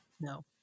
no